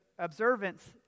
observance